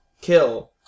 kill